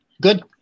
good